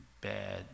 bad